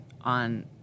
on